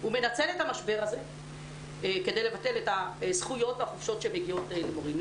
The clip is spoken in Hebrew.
הוא מנצל את המשבר הזה כדי לבטל את הזכויות והחופשות שמגיעות למורים.